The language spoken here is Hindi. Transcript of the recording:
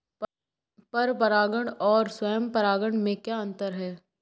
पर परागण और स्वयं परागण में क्या अंतर है?